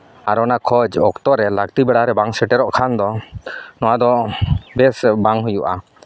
ᱟᱨ ᱚᱱᱟ ᱠᱷᱚᱡᱽ ᱚᱠᱛᱚ ᱨᱮ ᱞᱟᱹᱠᱛᱤ ᱵᱮᱲᱟᱨᱮ ᱵᱟᱢ ᱥᱮᱴᱮᱨᱚᱜ ᱠᱷᱟᱱ ᱫᱚ ᱱᱚᱣᱟᱫᱚ ᱵᱮᱥ ᱵᱟᱝ ᱦᱩᱭᱩᱜᱼᱟ